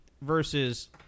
versus